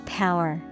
power